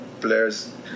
players